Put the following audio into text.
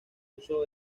uso